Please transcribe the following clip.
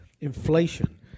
inflation